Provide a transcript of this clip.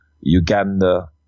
Uganda